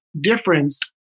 difference